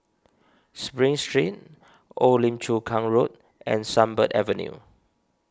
Spring Street Old Lim Chu Kang Road and Sunbird Avenue